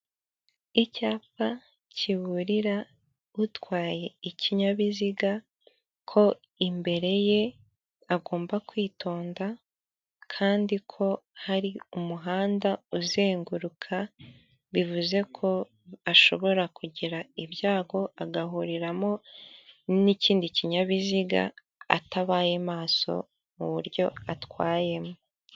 Icyapa kiburira utwaye ikinyabiziga ko imbere ye agomba kwitonda, kandi ko hari umuhanda uzenguruka, bivuze ko ashobora kugira ibyago agahuriramo n'ikindi kinyabiziga atabaye maso mu buryo atwayemo.